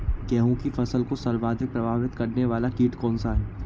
गेहूँ की फसल को सर्वाधिक प्रभावित करने वाला कीट कौनसा है?